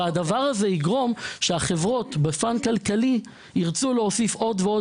והדבר הזה יגרום שהחברות בפן כלכלי ירצו להוסיף עוד ועוד